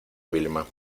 vilma